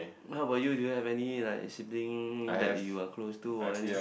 how about you do you have any like siblings that you're close to or any